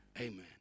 Amen